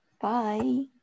Bye